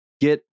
get